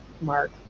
mark